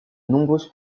nombreuses